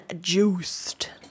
juiced